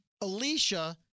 Alicia